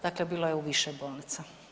Dakle, bilo je u više bolnica.